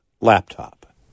laptop